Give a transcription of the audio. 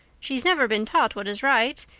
she's never been taught what is right.